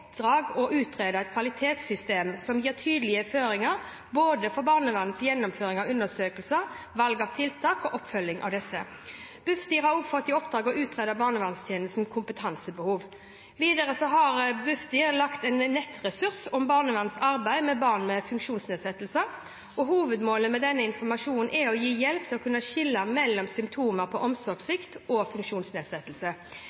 utrede et kvalitetssystem som gir tydelige føringer både for barnevernets gjennomføring av undersøkelser, valg av tiltak og oppfølging av disse. Bufdir har også fått i oppdrag å utrede barnevernstjenestenes kompetansebehov. Videre har Bufdir laget en nettressurs om barnevernets arbeid med barn med funksjonsnedsettelser. Hovedmålet med denne informasjonen er å gi hjelp til å kunne skille mellom symptomer på